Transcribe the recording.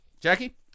Jackie